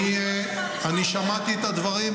שר הביטחון יואב גלנט: אני שמעתי את הדברים,